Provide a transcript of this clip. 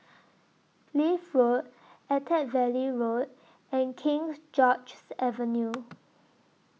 Leith Road Attap Valley Road and King George's Avenue